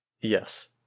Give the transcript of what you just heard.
Yes